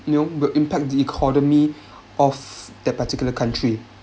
you know will impact the economy of that particular country